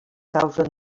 causen